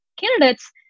candidates